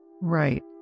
Right